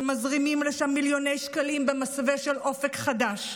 ומזרימים לשם מיליוני שקלים במסווה של אופק חדש.